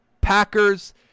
Packers